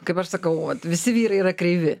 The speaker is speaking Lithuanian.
kaip aš sakau vat visi vyrai yra kreivi